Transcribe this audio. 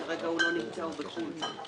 הוא כרגע לא נמצא, הוא נמצא בחו"ל.